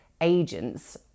agents